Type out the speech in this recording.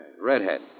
redhead